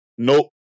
Nope